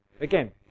Again